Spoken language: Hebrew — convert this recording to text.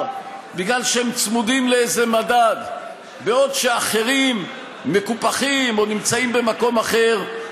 מכיוון שהם צמודים לאיזה מדד בעוד אחרים מקופחים או נמצאים במקום אחר,